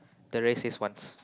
the racist ones